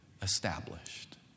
Established